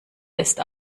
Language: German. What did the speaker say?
ist